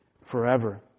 forever